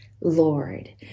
Lord